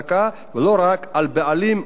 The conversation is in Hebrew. ולא רק על בעלים או חוכר.